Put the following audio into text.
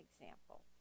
example